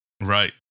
Right